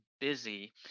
busy